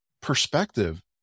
perspective